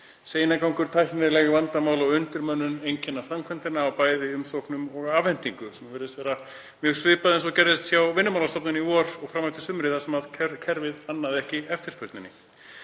Seinagangur, tæknileg vandamál og undirmönnun einkenna framkvæmdina á bæði umsóknum og afhendingu, sem virðist vera mjög svipað og gerðist hjá Vinnumálastofnun í vor og fram eftir sumri þar sem kerfið annaði ekki eftirspurninni.